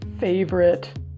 favorite